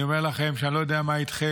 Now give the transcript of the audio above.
אני אומר לכם שאני לא יודע מה איתכם,